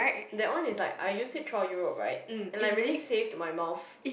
that one is like I used it through Europe right and I really safe to my mouth